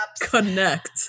connect